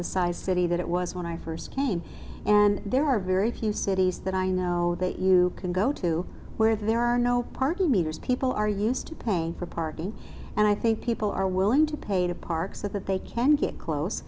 the size city that it was when i first came and there are very few cities that i know that you can go to where there are no parking meters people are used to paying for parking and i think people are willing to pay to park so that they can get clo